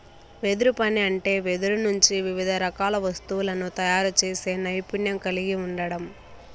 వెదురు పని అంటే వెదురు నుంచి వివిధ రకాల వస్తువులను తయారు చేసే నైపుణ్యం కలిగి ఉండడం